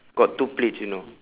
got two plates you know